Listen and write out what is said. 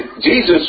Jesus